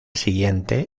siguiente